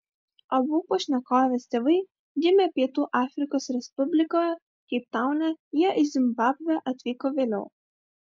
abu pašnekovės tėvai gimė pietų afrikos respublikoje keiptaune jie į zimbabvę atvyko vėliau